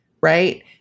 Right